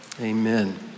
amen